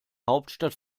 hauptstadt